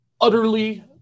utterly